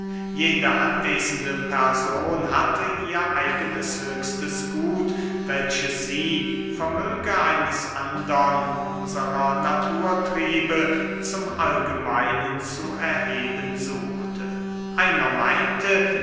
jede anwesende person hatte ihr eigenes höchstes gut welches sie vermöge eines andern unserer naturtriebe zum allgemeinen zu erheben suchte einer meinte